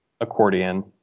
accordion